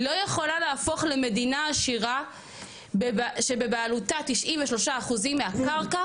לא יכולה להפוך למדינה עשירה שבבעלותה 93% מהקרקע